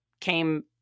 came